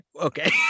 Okay